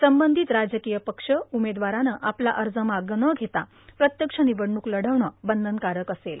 संबंधित राजकीय पक्ष उमेदवारानं आपला अर्ज मागं न घेता प्रत्यक्ष निवडणूक लढविणं बंधनकारक असेल